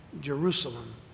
Jerusalem